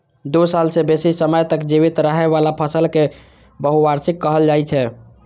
दू साल सं बेसी समय तक जीवित रहै बला फसल कें बहुवार्षिक कहल जाइ छै